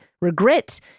Regret